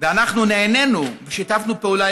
אנחנו נענינו ושיתפנו פעולה,